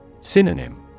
Synonym